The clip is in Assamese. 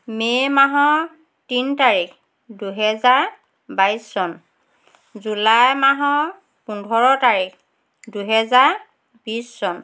মে' মাহৰ তিনি তাৰিখ দুহেজাৰ বাইছ চন জুলাই মাহৰ পোন্ধৰ তাৰিখ দুহেজাৰ বিছ চন